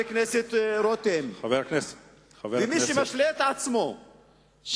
ומי שמשלה את עצמו,